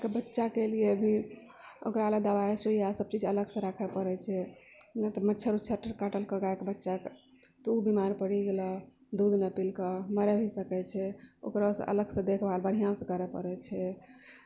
गायके बच्चाके लियऽ भी ओकराले दवाई सुइया सबचीज अलगसे राखय पड़य छे नहि तऽ मच्छर वछर काटलके गायके बच्चाके तऽ ओ बीमार पड़ि गेलह दूध नहि पिलकह मरय भी सकय छै ओकरा से अलगसे देखभाल बढ़िआँसँ करय पड़य छै